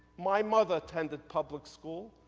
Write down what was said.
my mother attended public school,